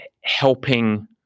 helping